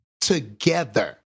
together